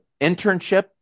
internship